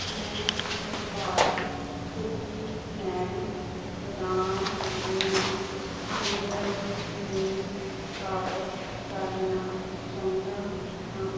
ਮੈਂ ਉਤਪਾਦ cookie man ਬਦਾਮ ਦੀਆਂ ਉਂਗਲਾਂ ਨੂੰ ਵਾਪਸ ਕਰਨਾ ਚਾਹੁੰਦਾ ਹਾਂ